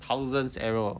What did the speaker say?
thousand arrow